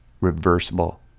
reversible